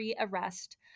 arrest